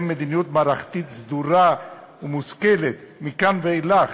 מדיניות מערכתית סדורה ומושכלת מכאן ואילך,